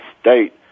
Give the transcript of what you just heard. state